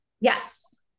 yes